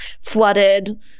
flooded